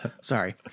Sorry